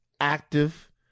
active